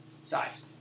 size